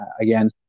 Again